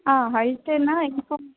ಹಾಂ ಅಳ್ತೇನಾ